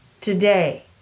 today